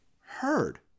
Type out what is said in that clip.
heard